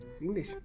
English